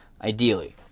ideally